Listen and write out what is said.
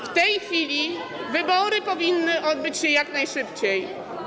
W tej chwili wybory powinny odbyć się jak najszybciej.